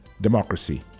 democracy